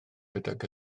gydag